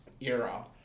era